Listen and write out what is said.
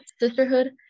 sisterhood